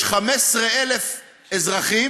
יש 15,000 אזרחים